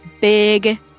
big